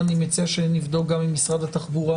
אני מציע שנבדוק גם עם משרד התחבורה,